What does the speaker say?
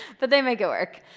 but they make it work.